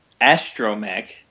astromech